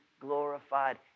glorified